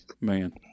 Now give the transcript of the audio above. man